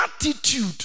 attitude